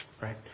right